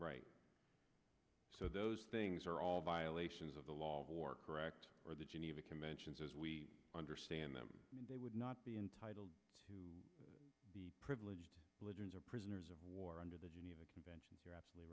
right so those things are all violations of the law of war correct or the geneva conventions as we understand them and they would not be entitled to the privileged legends of prisoners of war under the geneva convention you're absolutely